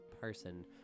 person